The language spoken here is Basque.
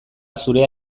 zurea